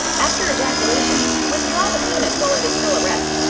after ejaculation, withdraw the penis while it is still erect,